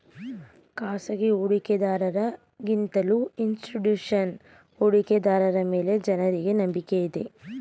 ಖಾಸಗಿ ಹೂಡಿಕೆದಾರರ ಗಿಂತಲೂ ಇನ್ಸ್ತಿಟ್ಯೂಷನಲ್ ಹೂಡಿಕೆದಾರರ ಮೇಲೆ ಜನರಿಗೆ ನಂಬಿಕೆ ಇದೆ